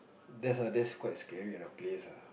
that's that's quite scary on a place ah